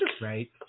right